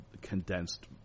condensed